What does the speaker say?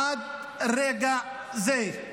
עד לרגע זה.